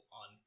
on